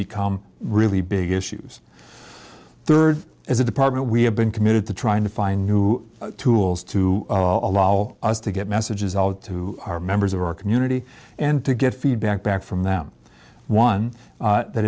become really big issues third as a department we have been committed to trying to find new tools to allow us to get messages out to our members of our community and to get feedback back from them one that